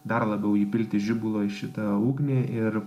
dar labiau įpilti žibalo į šitą ugnį ir